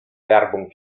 werbung